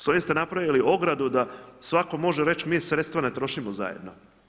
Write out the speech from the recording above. S ovim ste napravili ogradu da svatko može reći mi sredstva ne trošimo zajedno.